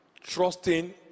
trusting